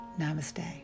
namaste